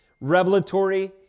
revelatory